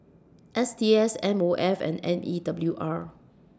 S T S M O F and N E W R